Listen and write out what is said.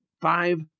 five